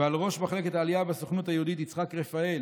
ועל ראש מחלקת העלייה בסוכנות היהודית יצחק רפאל,